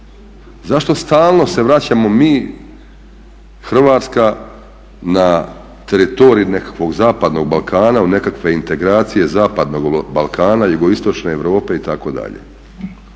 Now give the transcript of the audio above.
Zašto stalno se vraćamo mi Hrvatska na teritorij nekakvog zapadnog Balkana u nekakve integracije zapadnog Balkana, jugoistočne Europe itd.?